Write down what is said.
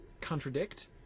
contradict